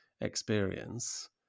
experience